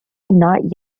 not